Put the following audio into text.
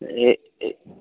এই এই